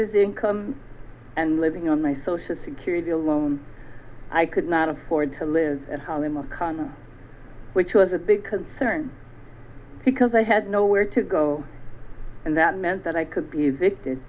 his income and living on my social security alone i could not afford to live at home in macondo which was a big concern because i had nowhere to go and that meant that i could be a vict